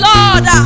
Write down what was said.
Lord